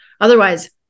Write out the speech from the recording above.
Otherwise